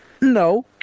No